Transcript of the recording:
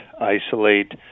isolate